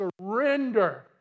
surrender